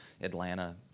Atlanta